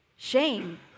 Shame